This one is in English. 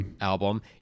album